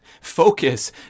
focus